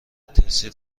تاثیر